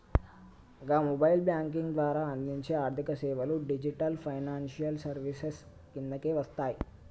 గా mobile banking ద్వారా అందించే ఆర్థికసేవలు డిజిటల్ ఫైనాన్షియల్ సర్వీసెస్ కిందకే వస్తయి